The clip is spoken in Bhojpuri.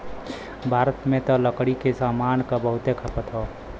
भारत में त लकड़ी के सामान क बहुते खपत हौ